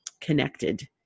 connected